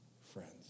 friends